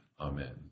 Amen